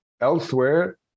elsewhere